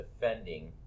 defending